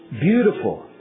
beautiful